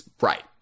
Right